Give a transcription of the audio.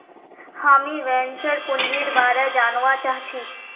हामीं वेंचर पूंजीर बारे जनवा चाहछी